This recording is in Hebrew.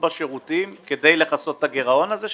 בשירותים כדי לכסות את הגירעון הזה שנוצר?